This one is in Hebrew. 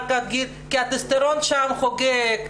כי הטסטוסטרון שם חוגג,